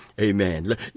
Amen